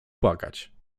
płakać